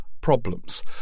problems